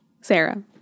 Sarah